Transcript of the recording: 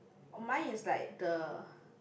oh mine is like the